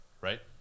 right